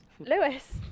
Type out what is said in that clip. Lewis